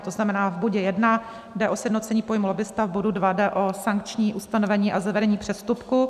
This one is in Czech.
To znamená, v bodě 1 jde o sjednocení pojmu lobbista, v bodu 2 jde o sankční ustanovení a zavedení přestupku.